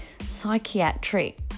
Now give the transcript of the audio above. psychiatric